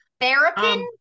Therapin